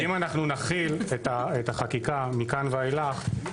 אני אומר שאם אנחנו נחיל את החקיקה מכאן ואילך,